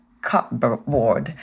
Cupboard